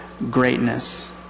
greatness